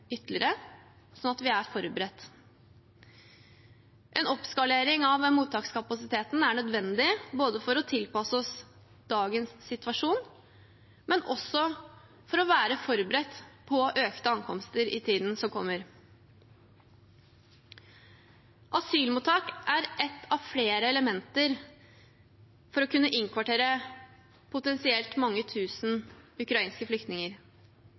ytterligere, slik at vi er forberedt. En oppskalering av mottakskapasiteten er nødvendig både for å tilpasse oss dagens situasjon og for å være forberedt på økte ankomster i tiden som kommer. Asylmottak er ett av flere elementer for å kunne innkvartere potensielt mange tusen ukrainske flyktninger.